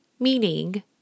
Meaning